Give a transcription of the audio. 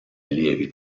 allievi